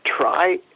try